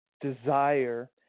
Desire